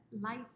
life